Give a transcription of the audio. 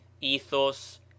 ethos